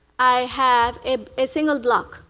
i have a single block,